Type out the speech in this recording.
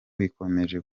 bikomeje